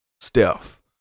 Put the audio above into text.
Steph